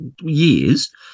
years